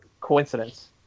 coincidence